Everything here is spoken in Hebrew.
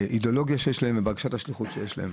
באידאולוגיה שיש להם ובבקשת השליחות שיש להם.